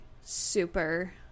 super